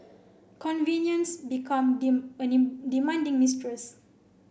convenience become demanding mistress